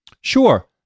Sure